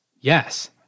Yes